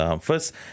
first